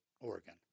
oregon